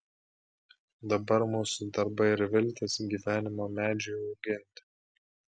dabar mūsų darbai ir viltys gyvenimo medžiui auginti